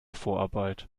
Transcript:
vorarbeit